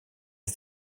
ist